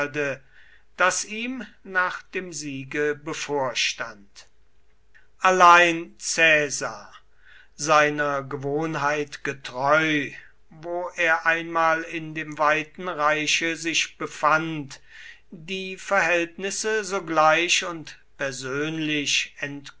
das ihm nach dem siege bevorstand allein caesar seiner gewohnheit getreu wo er einmal in dem weiten reiche sich befand die verhältnisse sogleich und persönlich